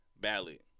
ballot